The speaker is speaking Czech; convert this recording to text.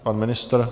Pan ministr?